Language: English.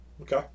Okay